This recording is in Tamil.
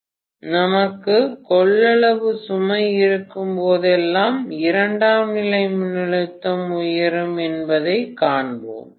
எனவே நமக்கு கொள்ளளவு சுமை இருக்கும் போதெல்லாம் இரண்டாம் நிலை மின்னழுத்தம் உயரும் என்பதைக் காண்போம்